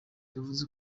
yavuze